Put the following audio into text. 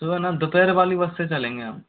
सुबह ना दोपहर वाली बस से चलेंगे हम